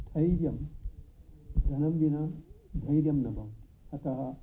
स्थैर्यं धनं विना धैर्यं न भवति अतः